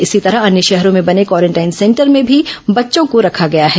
इसी तरह अन्य शहरों में बने क्वारेंटाइन सेंटर में भी बच्चों को रखा गया है